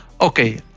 okay